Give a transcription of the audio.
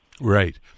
Right